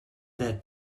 der